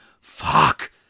fuck